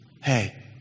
hey